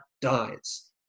dies